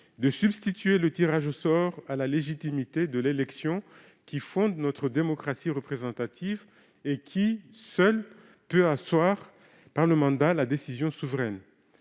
de substituer le tirage au sort à la légitimité de l'élection, qui fonde notre démocratie représentative et qui, seule, peut asseoir, par le mandat, la décision souveraine.